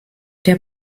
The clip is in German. der